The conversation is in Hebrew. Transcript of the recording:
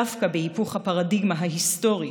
דווקא בהיפוך הפרדיגמה ההיסטורית,